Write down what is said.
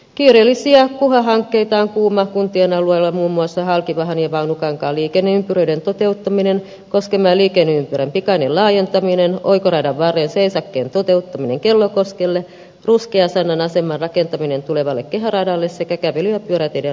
kiireellisiä kuha hankkeita on kuuma kuntien alueella muun muassa halkivahan ja vaunukankaan liikenneympyröiden toteuttaminen koskenmäen liikenneympyrän pikainen laajentaminen oikoradan varren seisakkeen toteuttaminen kellokoskelle ruskeasannan aseman rakentaminen tulevalle kehäradalle sekä kävely ja pyöräteiden rakentaminen